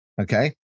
Okay